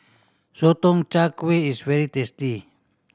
Sotong Char Kway is very tasty